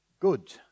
good